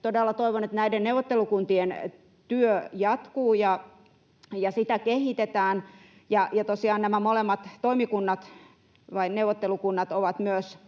Todella toivon, että näiden neuvottelukuntien työ jatkuu ja sitä kehitetään, ja tosiaan nämä molemmat toimikunnat, vai neuvottelukunnat, ovat myös